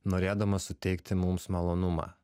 norėdamas suteikti mums malonumą